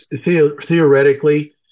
Theoretically